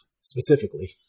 specifically